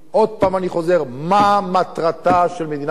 עוד פעם אני חוזר: מה מטרתה של מדינת ישראל?